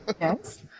Yes